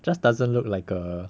just doesn't look like a